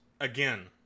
again